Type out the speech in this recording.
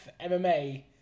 MMA